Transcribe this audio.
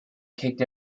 kicked